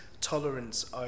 tolerance